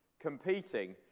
competing